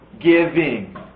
giving